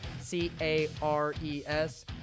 c-a-r-e-s